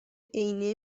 عینه